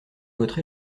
votre